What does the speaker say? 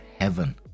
heaven